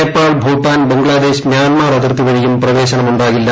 നേപ്പാൾ ഭൂട്ടാൻ ബംഗ്ലാദേശ് മ്യാൻമാർ അതിർത്തിവഴിയും പ്രവേശനമുണ്ടാകില്ല